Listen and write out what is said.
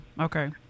okay